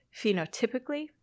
phenotypically